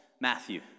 Matthew